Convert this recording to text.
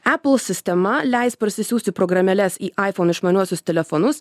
epul sistema leis parsisiųsti programėles į aifon išmaniuosius telefonus